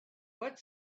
what